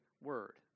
word